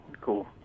cool